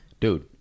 Dude